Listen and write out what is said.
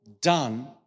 done